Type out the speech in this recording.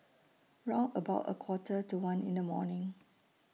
round about A Quarter to one in The morning